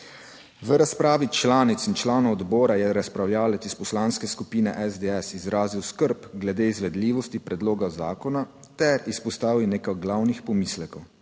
V razpravi članic in članov odbora je razpravljavec iz Poslanske skupine SDS izrazil skrb glede izvedljivosti predloga zakona ter izpostavil nekaj glavnih pomislekov.